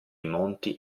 monti